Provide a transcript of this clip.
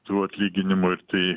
tų atlyginimų ir tai